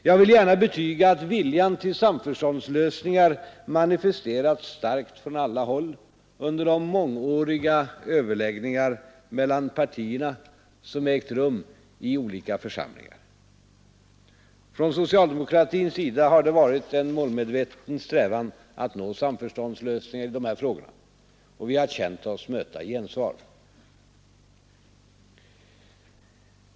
Jag vill gärna betyga att viljan till samförståndslösningar manifesterats starkt från alla håll under de mångåriga överläggningar mellan partierna som ägt rum i skilda församlingar. Från socialdemokratins sida har det varit en målmedveten strävan att nå sam förståndslösningar i dessa frågor, och vi har känt oss möta gensvar.